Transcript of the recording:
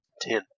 Ten